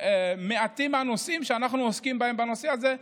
מעטים הנושאים שאנחנו עוסקים בהם כמו בנושא הזה,